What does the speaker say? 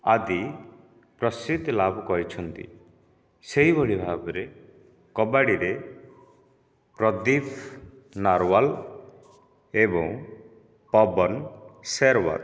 ଆଦି ପ୍ରସିଦ୍ଧ ଲାଭ କରିଛନ୍ତି ସେହିଭଳି ଭାବରେ କବାଡ଼ି ରେ ପ୍ରଦୀପ ନରୱାଲ ଏବଂ ପବନ ସେରୱତ